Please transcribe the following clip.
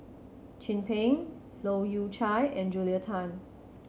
Chin Peng Leu Yew Chye and Julia Tan